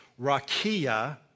rakia